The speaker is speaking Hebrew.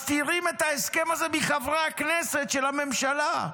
מסתירים את ההסכם הזה מחברי הכנסת של הממשלה.